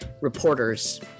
reporters